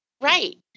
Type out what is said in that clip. right